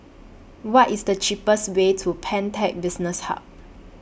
What IS The cheapest Way to Pantech Business Hub